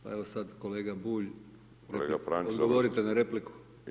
Pa evo sad kolega Bulj, odgovorite na repliku.